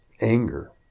anger